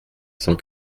cent